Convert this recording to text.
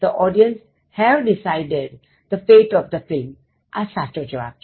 The audience have decided the fate of the film આ સાચો જવાબ છે